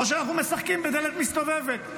או שאנחנו משחקים בדלת מסתובבת.